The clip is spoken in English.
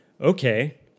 Okay